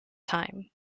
time